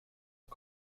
are